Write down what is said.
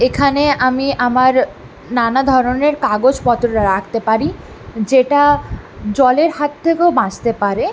এখানে আমি আমার নানাধরনের কাগজপত্র রাখতে পারি যেটা জলের হাত থেকেও বাঁচতে পারে